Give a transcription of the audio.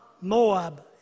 Moab